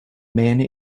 mähne